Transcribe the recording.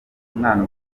umwana